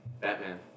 Batman